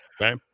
okay